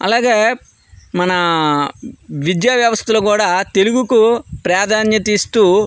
అలాగే మన విద్యా వ్యవస్థలో కూడా తెలుగుకు ప్రాధాన్యత ఇస్తూ